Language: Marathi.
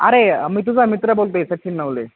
अरे मी तुझा मित्र बोलतो आहे सचिन नवले